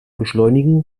beschleunigen